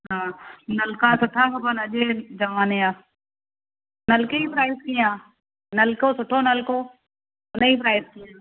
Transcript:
हा नलका सुठा खपनि अॼु जे ज़माने जा नलके जी प्राइज़ कीअं आहे नलको सुठो नलको उनजी प्राइज़ कीअं आहे